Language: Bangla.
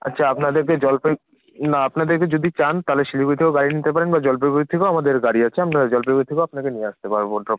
আচ্ছা আপনাদেরকে জলপাই না আপনাদেরকে যদি চান তাহলে শিলিগুড়ি থেকেও গাড়ি নিতে পারেন বা জলপাইগুড়ির থেকেও আমাদের গাড়ি আছে আমরা জলপাইগুড়ি থেকেও আপনাকে নিয়ে আসতে পারব ড্রপ